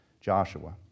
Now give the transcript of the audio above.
Joshua